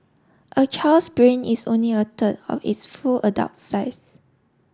a child's brain is only a third of its full adult size